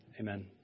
Amen